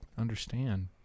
understand